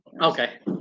okay